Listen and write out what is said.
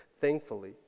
Thankfully